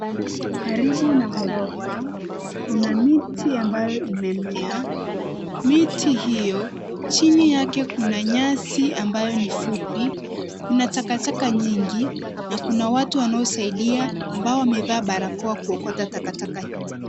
Karibu na ghorofa, kuna miti ambayo imemea; miti hiyo chini yake kuna nyasi ambayo ni fupi. Kuna takataka nyingi na kuna watu wanaosaidia ambao wamevaa barakoa kuokota takataka hiyo.